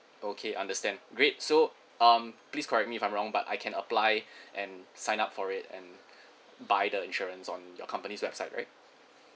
okay understand great so um please correct me if I'm wrong but I can apply and sign up for it and buy the insurance on your company's website right